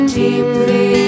deeply